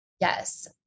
Yes